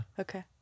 Okay